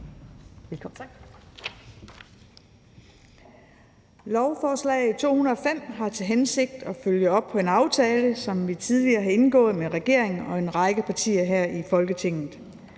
Lovforslag nr. L 205 har til hensigt at følge op på en aftale, som vi tidligere har indgået med regeringen og en række partier i Folketinget.